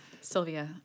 Sylvia